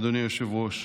אדוני היושב-ראש,